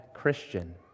Christian